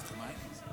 רוצה עוד מים?